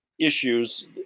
issues